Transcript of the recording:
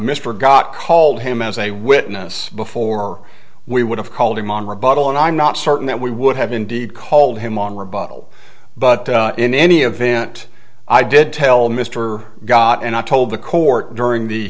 mr got called him as a witness before we would have called him on rebuttal and i'm not certain that we would have indeed called him on rebuttal but in any event i did tell mr got and i told the court during the